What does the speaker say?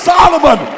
Solomon